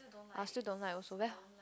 I'll still don't like also very